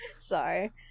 sorry